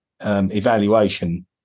evaluation